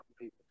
people